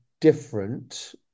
different